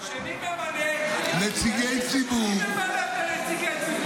שמי ממנה את נציגי הציבור?